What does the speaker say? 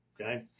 okay